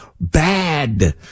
bad